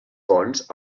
fonts